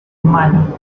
humano